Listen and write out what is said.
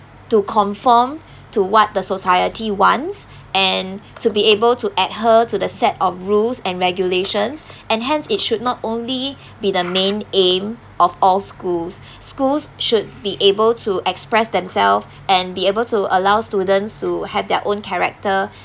to conform to what the society wants and to be able to adhere to the set of rules and regulations and hence it should not only be the main aim of all schools schools should be able to express themselves and be able to allow students to have their own character